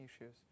issues